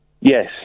Yes